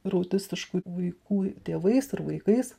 ir autistiškų vaikų tėvais ir vaikais